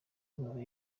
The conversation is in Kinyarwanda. bube